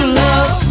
love